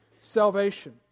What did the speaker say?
salvation